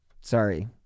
Sorry